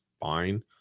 fine